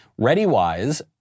ReadyWise